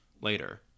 Later